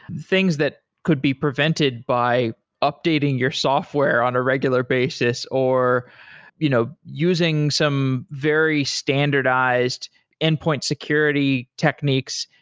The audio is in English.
things that could be prevented by updating your software on a regular basis or you know using some very standardized endpoint security techniques,